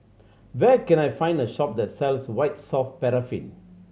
where can I find the shop that sells White Soft Paraffin